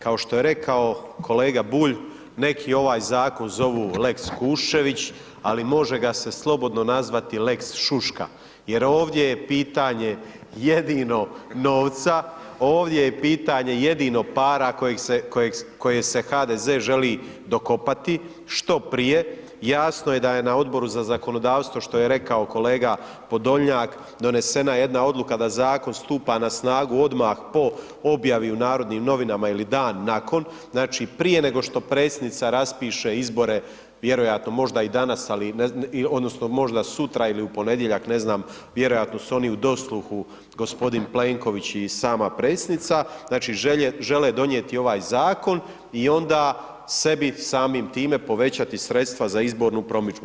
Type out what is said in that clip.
Kao što je rekao kolega Bulj, neki ovaj zakon zovu lex Kuščević ali može ga se slobodno nazvati lex šuška jer ovdje je pitanje jedino novca, ovdje je pitanje jedino para koje se HDZ želi dokopati što prije, jasno je da je na Odboru za zakonodavstvo što je rekao kolega Podočnjak, donesena jedna odluka da zakon stupa na snagu odmah po objavi u Narodnim novinama ili dan nakon, znači prije nego što Predsjednica raspiše izbore, vjerojatno možda i danas odnosno možda sutra ili u ponedjeljak, ne znam, vjerojatno su oni u dosluhu, g. Plenković i sama Predsjednica, znači žele donijeti ovaj zakon i onda sebi samim time povećati sredstva za izbornu promidžbu.